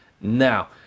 Now